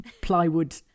plywood